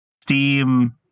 Steam